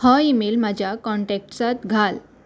हो इमेल म्हज्या कॉन्टॅक्ट्सांत घाल